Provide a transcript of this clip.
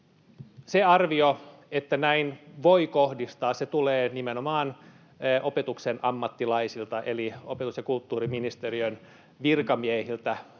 Se arvio, että näin voi kohdistaa, tulee nimenomaan opetuksen ammattilaisilta eli opetus- ja kulttuuriministeriön virkamiehiltä,